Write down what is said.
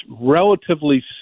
relatively